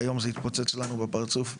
והיום זה התפוצץ לנו בפרצוף בענק.